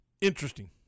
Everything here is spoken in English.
Interesting